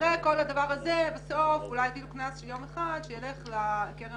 ואחרי כל הדבר הזה אולי יטילו קנס של יום אחד שילך לקרן